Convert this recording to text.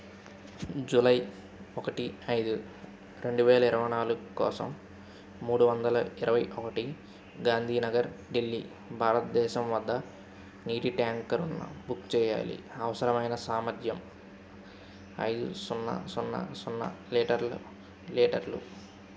July ఒకటి ఐదు రెండు వేల ఇరవై నాలుగు కోసం మూడు వందల ఇరవై ఒకటి గాంధీ నగర్ ఢిల్లీ భారతదేశం వద్ద నీటి ట్యాంకర్ను బుక్ చేయాలి అవసరమైన సామర్థ్యం ఐదు సున్నా సున్నా సున్నా లీటర్ల లీటర్లు